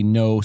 no